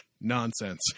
Nonsense